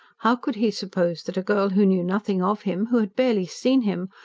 how could he suppose that a girl who knew nothing of him, who had barely seen him,